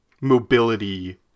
mobility